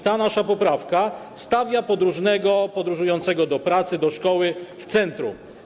Ta nasza poprawka stawia podróżnego podróżującego do pracy, do szkoły w centrum.